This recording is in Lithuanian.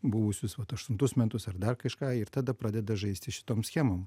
buvusius vat aštuntus metus ar dar kažką ir tada pradeda žaisti šitom schemom